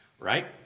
right